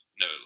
no